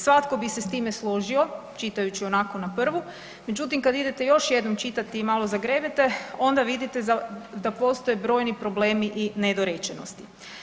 Svatko bi se s time složio, čitajući onako na prvu, međutim kada idete još jednom čitati i malo zagrebete onda vidite da postoje brojni problemi i nedorečenosti.